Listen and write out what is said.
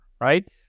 right